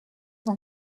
noch